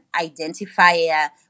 identifier